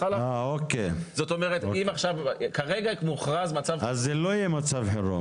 זאת אומרת, כרגע מוכרז מצב חירום.